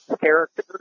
character